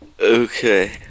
Okay